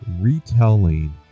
retelling